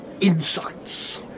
insights